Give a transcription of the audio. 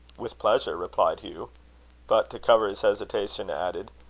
with pleasure, replied hugh but, to cover his hesitation, added,